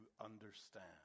understand